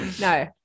No